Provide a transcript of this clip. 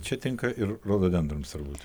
čia tinka ir rododendrams turbūt